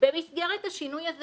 במסגרת השינוי הזה